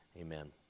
Amen